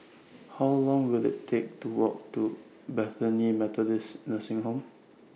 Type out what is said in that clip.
How Long Will IT Take to Walk to Bethany Methodist Nursing Home